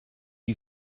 you